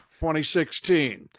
2016